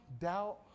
doubt